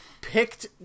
picked